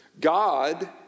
God